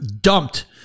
dumped